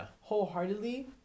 wholeheartedly